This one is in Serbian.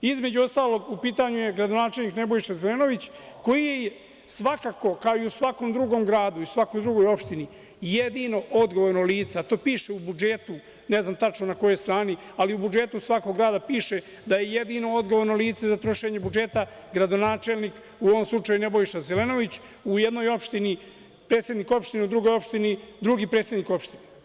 Između ostalog, u pitanju je gradonačelnik Nebojša Zelenović, koji je svakako, kao i u svakom drugom gradu, kao i u svakoj drugoj opštini jedino odgovorno lice, a to piše u budžetu, ne znam tačno na kojoj strani, ali u budžetu svakog grada piše da je jedino odgovorno lice za trošenje budžeta gradonačelnik, u ovom slučaju Nebojša Zelenović, u jednoj opštini predsednik opštine u drugoj opštini drugi predsednik opštine.